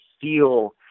feel